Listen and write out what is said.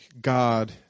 God